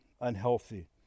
unhealthy